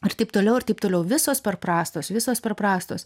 ir taip toliau ir taip toliau visos per prastos visos per prastos